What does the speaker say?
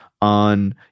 on